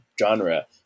genre